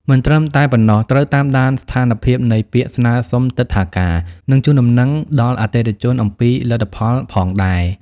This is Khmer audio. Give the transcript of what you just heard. មិនត្រឹមតែប៉ុណ្ណោះ ត្រូវតាមដានស្ថានភាពនៃពាក្យស្នើសុំទិដ្ឋាការ និងជូនដំណឹងដល់អតិថិជនអំពីលទ្ធផលផងដែរ។